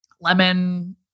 lemon